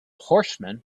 horseman